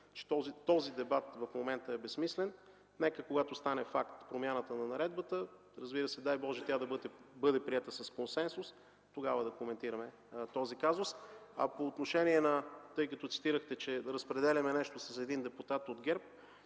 че този дебат в момента е безсмислен. Нека, когато стане факт промяната на наредбата, разбира се, дай Боже, тя да бъде приета с консенсус, тогава да коментираме този казус. Тъй като цитирахте, че разпределяме нещо с един депутат от ГЕРБ